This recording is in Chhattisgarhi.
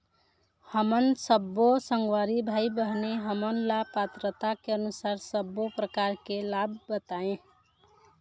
हमन सब्बो संगवारी भाई बहिनी हमन ला पात्रता के अनुसार सब्बो प्रकार के लाभ बताए?